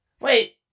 Wait